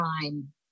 crime